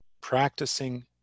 practicing